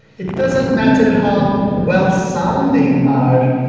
it doesn't matter how well sounding our